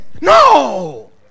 no